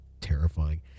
terrifying